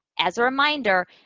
as a reminder,